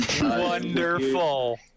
Wonderful